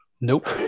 Nope